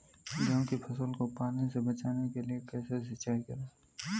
गेहूँ की फसल को पाले से बचाने के लिए कैसे सिंचाई करें?